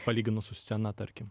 palyginus su scena tarkim